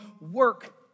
work